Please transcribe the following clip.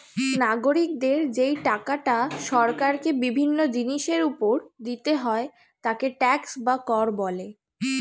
নাগরিকদের যেই টাকাটা সরকারকে বিভিন্ন জিনিসের উপর দিতে হয় তাকে ট্যাক্স বা কর বলে